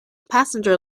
passenger